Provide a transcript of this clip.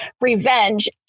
revenge